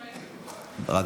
נכון, ברשות היושב-ראש.